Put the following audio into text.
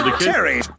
Terry